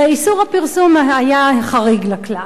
ואיסור הפרסום היה החריג לכלל.